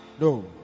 No